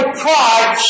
pride